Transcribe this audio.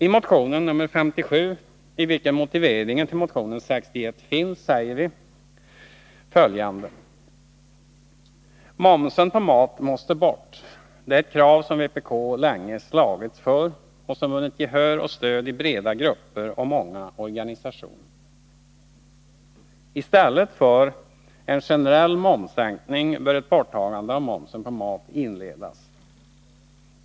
I motion nr 57, där motiveringen till motion nr 63 finns, säger vi: ”Momsen på mat måste bort. Det är ett krav som vpk länge slagits för och som vunnit gehör och stöd i breda grupper och många organisationer. I stället för en generell momssänkning bör ett borttagande av momsen på maten inledas.